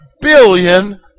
billion